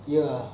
ya